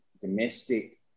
domestic